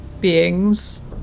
beings